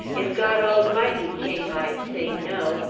if god almighty came, i'd say no!